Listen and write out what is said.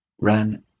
ran